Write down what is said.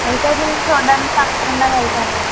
అయితే నేను చూడ్డానికి తప్పకుండా వెళ్తానండి